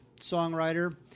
songwriter